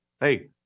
Hey